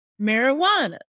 marijuana